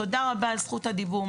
תודה רבה על זכות הדיבור.